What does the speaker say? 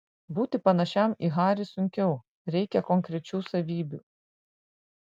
būti panašiam į harį sunkiau reikia konkrečių savybių